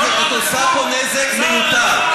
את עושה פה נזק מיותר.